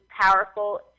powerful